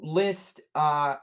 list –